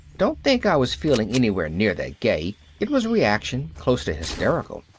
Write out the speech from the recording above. don't think i was feeling anywhere near that gay. it was reaction, close to hysterical.